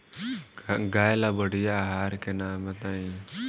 गाय ला बढ़िया आहार के नाम बताई?